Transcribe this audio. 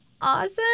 awesome